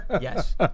yes